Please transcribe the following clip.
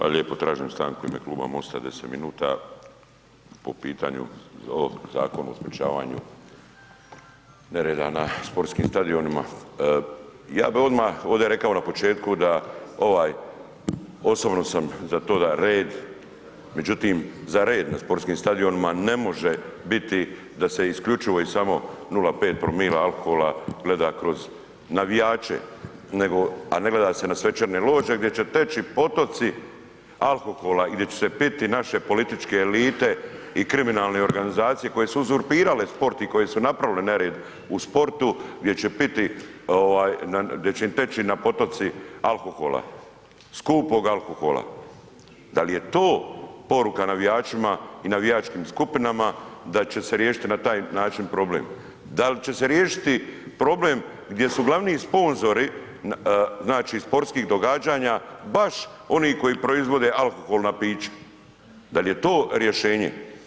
Hvala lijepo, tražim stanku u ime Kluba MOST-a 10 minuta po pitanju ovog Zakona o sprječavanju nereda na sportskim stadionima, ja bi odma ovdje rekao na početku da ovaj, osobno sam za to da red, međutim za red na sportskim stadionima ne može biti da se isključivo i samo 0,5 promila alkohola gleda kroz navijače, nego, a ne gleda se na svečane lože gdje će teći potoci alkohola i gdje će se piti naše političke elite i kriminalne organizacije koje su uzurpirale sport i koje su napravile nered u sportu, gdje će piti ovaj gdje će im teći na potoci alkohola, skupog alkohola, dal je to poruka navijačima i navijačkim skupinama da će se riješiti na taj način problem, dal će se riješiti problem gdje su glavni sponzori, znači sportskih događanja baš oni koji proizvode alkoholna pića, dal je to rješenje?